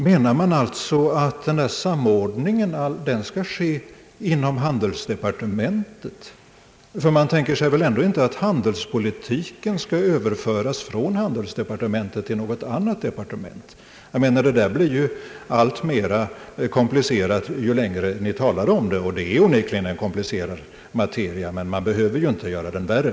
Menar man alltså att samordningen skall ske inom handelsdepartementet? Man tänker sig väl ändå inte att handelspolitiken skall överföras från handelsdepartementet till något annat departement. Det blir alltmer komplicerat ju längre vi talar om det. Det är onekligen en komplicerad materia, men man behöver ju inte göra den värre.